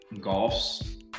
golf's